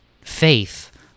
faith